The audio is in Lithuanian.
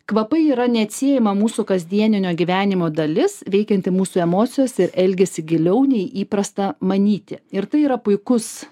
kvapai yra neatsiejama mūsų kasdienio gyvenimo dalis veikianti mūsų emocijos ir elgesį giliau nei įprasta manyti ir tai yra puikus